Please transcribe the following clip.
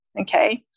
okay